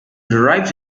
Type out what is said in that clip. derives